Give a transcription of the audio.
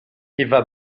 eva